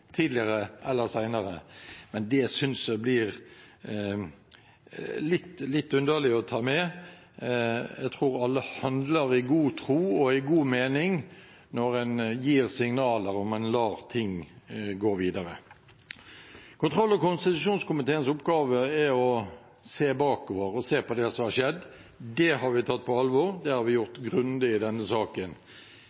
tidligere eller senere – men det synes jeg blir litt underlig å ta med. Jeg tror alle handler i god tro og i god mening når de gir signaler om at en lar ting gå videre. Kontroll- og konstitusjonskomiteens oppgave er å se bakover på det som har skjedd. Det har vi tatt på alvor, og det har vi